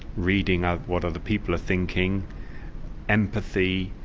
reading of what other people are thinking empathy,